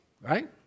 right